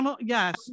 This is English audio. Yes